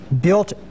built